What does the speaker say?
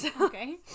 Okay